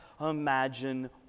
imagine